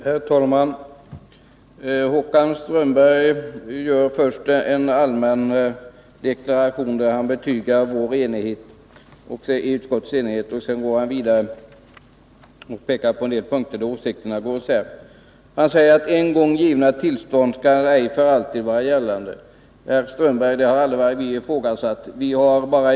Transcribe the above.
Herr talman! Håkan Strömberg gör först en allmän deklaration, där han betygar utskottets enighet. Sedan går han vidare och pekar på en del punkter där åsikterna går isär. Han säger, att en gång givna tillstånd ej för alltid skall vara gällande. Det har vi aldrig hävdat, herr Strömberg.